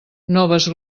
noves